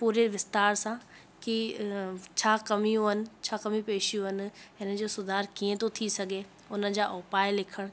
पूरे विस्तार सां की छा कमियूं आहिनि छा कमी पेशियूं आहिनि हिनजो सुधार कीअं थो थी सघे हुनजा उपाए लिखण